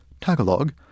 Tagalog